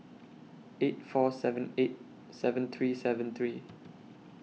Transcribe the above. eight four seven eight seven three seven three